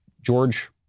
George